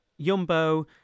Yumbo